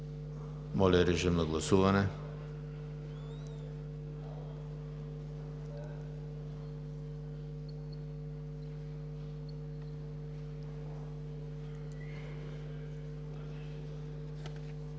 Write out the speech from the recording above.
Моля, режим на гласуване.